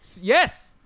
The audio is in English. Yes